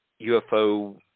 UFO